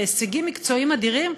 בהישגים מקצועיים אדירים.